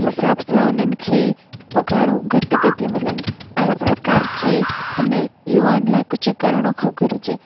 हिसाब सां उन्हनि खे पघारूं घटि पई थियूं मिलनि ऐं सरकार खे इन युवाउनि लाइ कुझु करिणो घुरिजे